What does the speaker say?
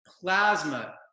Plasma